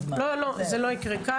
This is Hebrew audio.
זה לא יקרה כאן,